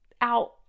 out